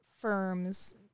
firms